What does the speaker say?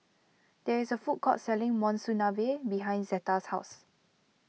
there is a food court selling Monsunabe behind Zeta's house